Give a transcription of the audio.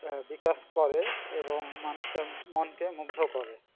বিকাশ করে এবং মানুষের মনকে মুগ্ধ করে